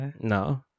no